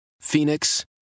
Phoenix